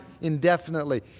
indefinitely